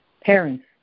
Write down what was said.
parents